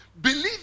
Believe